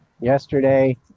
yesterday